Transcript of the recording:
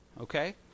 okay